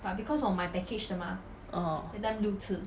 orh